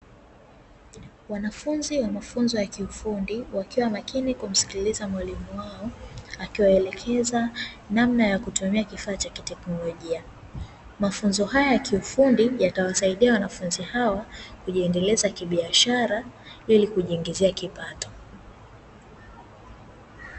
Wanafunzi wa mafuzo ya kiufundi, wakiwa makini kumsikiliza mwalimu wao akiwaelekeza namna ya kutumia kifaa cha kiteknolojia, mafunzo haya ya kiufundi yatawasaidia wanafunzi hawa kujiendeleza kibiashara ili kujiingizia kipato .